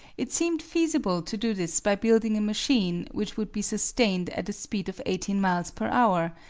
it seemed feasible to do this by building a machine which would be sustained at a speed of eighteen miles per hour,